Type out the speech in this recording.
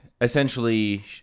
essentially